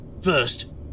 First